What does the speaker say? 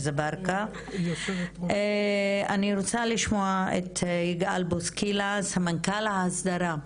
אני רוצה לשמוע את יגאל בוסקילה, סמנכ"ל ההסדרה,